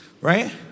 right